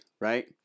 right